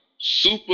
super